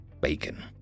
bacon